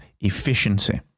efficiency